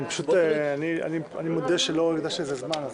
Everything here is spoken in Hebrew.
אני מודה שלא הקדשתי לזה זמן.